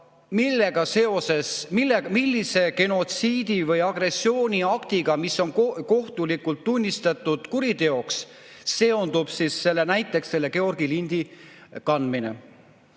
millega seoses, millise genotsiidi või agressiooniaktiga, mis on kohtulikult tunnistatud kuriteoks, seondub näiteks Georgi lindi kandmine.